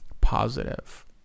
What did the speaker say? Positive